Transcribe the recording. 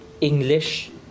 English